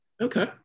okay